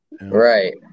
right